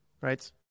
right